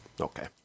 okay